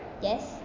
Yes